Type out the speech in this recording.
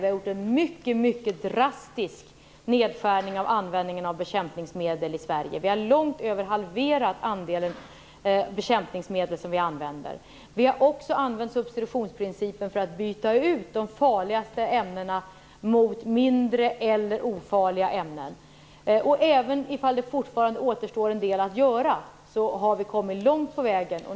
Vi har gjort en mycket drastisk nedskärning av användningen av bekämpningsmedel i Sverige. Vi har nämligen långt mer än halverat andelen bekämpningsmedel. Vi har också använt oss av substitutionsprincipen för att byta ut de farligaste ämnena mot mindre farliga eller ofarliga ämnen. Även om en del fortfarande återstår att göra har vi kommit långt på vägen.